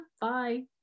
Bye